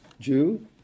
Jew